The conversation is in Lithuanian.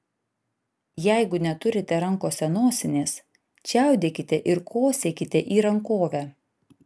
jeigu neturite rankose nosinės čiaudėkite ir kosėkite į rankovę